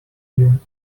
you